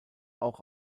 auch